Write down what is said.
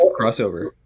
crossover